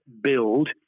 build